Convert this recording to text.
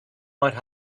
might